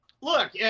Look